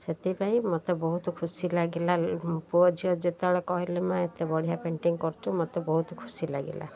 ସେଥିପାଇଁ ମୋତେ ବହୁତ ଖୁସି ଲାଗିଲା ପୁଅ ଝିଅ ଯେତେବେଳେ କହିଲେ ମା' ଏତେ ବଢ଼ିଆ ପେଣ୍ଟିଙ୍ଗ କରୁଛୁ ମୋତେ ବହୁତ ଖୁସି ଲାଗିଲା